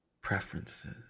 preferences